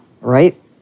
right